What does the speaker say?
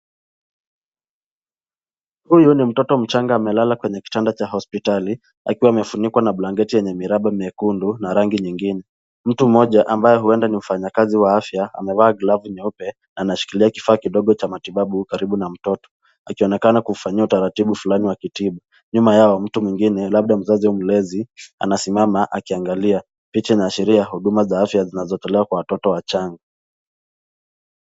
Huyu ni mtoto mchanga amelala kwenye kitanda cha hospitali akiwa amefunikwa na blanketi yenye miraba mekundu rangi lingine. Mtu mmoja ambaye huenda ni mfanyikazi wa afya amevaa glavu nyeupe anashikilia kifaa kidogo cha matibabu karibu na mtoto akionekana kumfanyia utaratibu fulani wakitibu. Nyuma yao mtu mwingine labda mzazi au mlezi anasimama akiangalia picha inaashiria huduma za afya zinazotolewa kwa watoto wachanga.